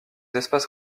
espace